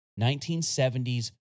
1970s